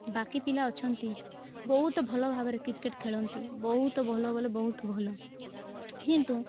ବାକି ପିଲା ଅଛନ୍ତି ବହୁତ ଭଲ ଭାବରେ କ୍ରିକେଟ୍ ଖେଳନ୍ତି ବହୁତ ଭଲ ଭଲ ବହୁତ ଭଲ କିନ୍ତୁ